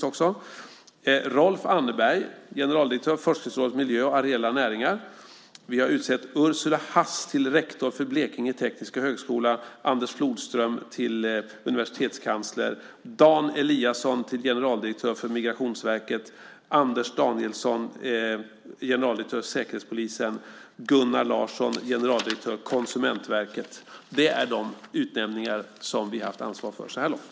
Vi har utsett Rolf Annerberg som generaldirektör för Forskningsrådet för miljö, areella näringar och samhällsbyggande. Vi har utsett Ursula Hass till rektor för Blekinge Tekniska Högskola, Anders Flodström till universitetskansler, Dan Eliasson till generaldirektör för Migrationsverket, Anders Danielsson till generaldirektör för Säkerhetspolisen och Gunnar Larsson till generaldirektör för Konsumentverket. Det är de utnämningar som vi har haft ansvar för så här långt.